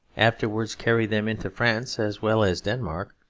afterwards carried them into france as well as denmark,